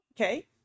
Okay